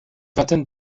vingtaine